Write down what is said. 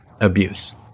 abuse